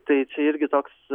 tai čia irgi toks